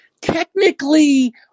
Technically